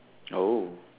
oh